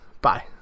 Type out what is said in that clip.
bye